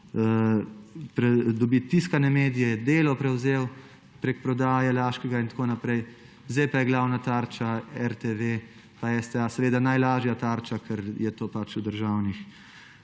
dobiti tiskane medije, Delo je prevzel prek prodaje Laškega in tako naprej, zdaj pa je glavna tarča RTV pa STA, seveda najlažja tarča, ker je to v državnih